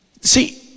See